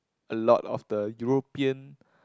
a lot of the European